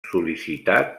sol·licitat